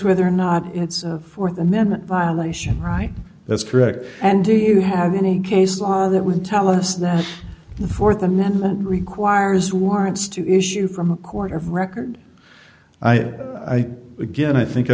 whether or not it's th amendment violation right that's correct and do you have any case law that would tell us that the th amendment requires warrants to issue from a quarter of record i again i think i